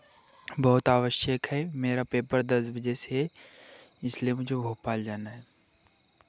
बहुत आवश्यक है मेरा पेपर दस बजे से है इसलिए मुझे भोपाल जाना है